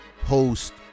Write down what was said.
host